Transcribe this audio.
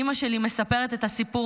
אימא שלי מספרת את הסיפור,